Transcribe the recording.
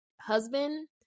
husband